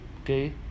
okay